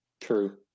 true